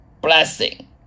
blessing